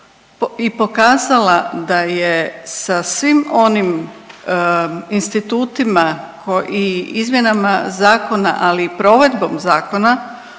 i pokazala da je sa svim onim institutima i izmjenama zakona, ali i provedbom zakona